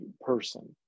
person